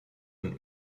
und